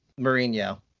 Mourinho